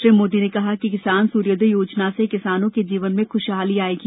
श्री मोदी ने कहा कि किसान सूर्योदय योजना से किसानों के जीवन में खुशहाली आयेगी